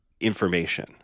information